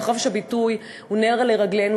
וחופש הביטוי הוא נר לרגלינו.